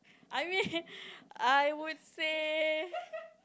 I mean I would say